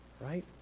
Right